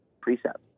precepts